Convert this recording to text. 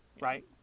right